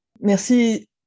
Merci